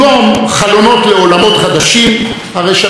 הרשתות החברתיות מספקות לנו מראות.